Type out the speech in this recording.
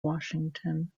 washington